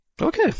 Okay